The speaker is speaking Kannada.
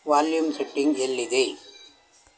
ವಾಲ್ಯೂಮ್ ಸೆಟ್ಟಿಂಗ್ ಎಲ್ಲಿದೆ